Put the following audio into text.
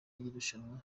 y’irushanwa